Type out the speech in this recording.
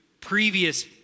previous